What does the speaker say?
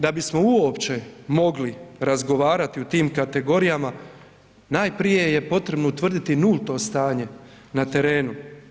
Da bismo uopće mogli razgovarati u tim kategorijama, najprije je potrebno utvrditi nulto stanje na terenu.